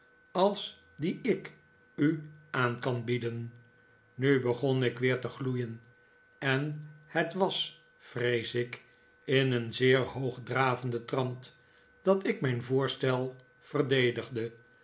als die ik u aan kan bieden nu begon ik weer te gloeien en het was vrees ik in een zeer hoogdravenden trant dat ik mijn voorstel verdedigde